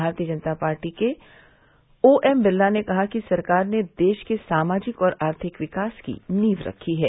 भारतीय जनता पार्टी के ओएम बिरला ने कहा कि सरकार ने देश के सामाजिक और आर्थिक विकास की नींव रखी है